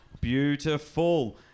Beautiful